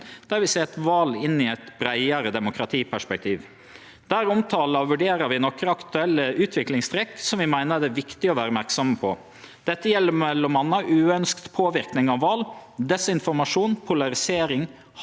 Dette gjeld m.a. uønskt påverknad av val, desinformasjon, polarisering, hatytringar og truslar. Dette er kompliserte og samansette problemstillingar som krev langsiktig og strategisk samarbeid på tvers av fagfelt.